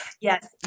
Yes